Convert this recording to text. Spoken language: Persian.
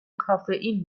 کافئین